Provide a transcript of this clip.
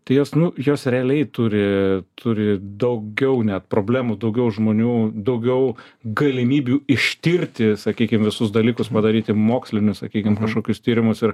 tai jos nu jos realiai turi turi daugiau net problemų daugiau žmonių daugiau galimybių ištirti sakykim visus dalykus padaryti mokslinius sakykim kažkokius tyrimus ir